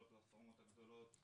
כל הפלטפורמות הגדולות,